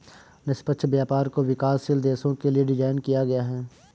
निष्पक्ष व्यापार को विकासशील देशों के लिये डिजाइन किया गया है